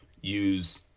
use